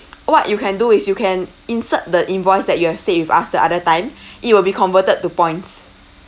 what you can do is you can insert the invoice that you have stayed with us the other time it will be converted to points